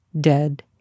dead